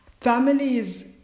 Families